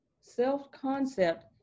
self-concept